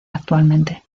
actualmente